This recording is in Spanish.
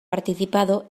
participado